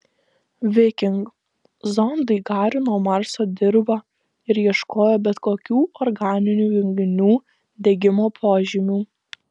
viking zondai garino marso dirvą ir ieškojo bet kokių organinių junginių degimo požymių